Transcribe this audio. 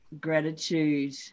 gratitude